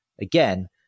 again